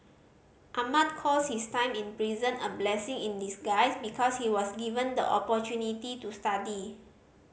Ahmad calls his time in prison a blessing in disguise because he was given the opportunity to study